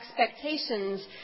expectations